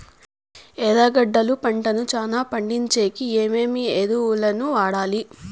ఎర్రగడ్డలు పంటను చానా పండించేకి ఏమేమి ఎరువులని వాడాలి?